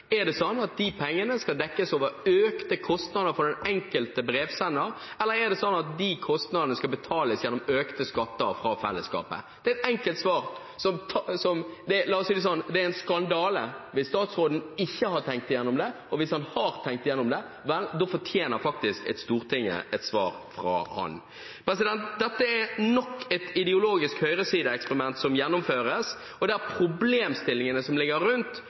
Er det sånn at de merkostnadene som ligger i det å opprettholde enhetsporto, og som Oslo Economics har anslått kan komme til å stige til 1 mrd. kr innen 2020, skal dekkes med økte kostnader for den enkelte brevsender? Eller er det slik at disse kostnadene skal dekkes gjennom økte skatter fra fellesskapet? Det er et enkelt svar på det. La oss si det sånn: Det er en skandale hvis statsråden ikke har tenkt igjennom dette. Hvis han har tenkt igjennom det, fortjener faktisk Stortinget et svar fra ham. Dette er nok et ideologisk høyresideeksperiment som gjennomføres, og